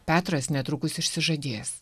petras netrukus išsižadės